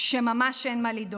שממש אין מה לדאוג.